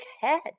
head